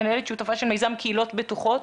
מנהלת שותפה של מיזם קהילות בטוחות.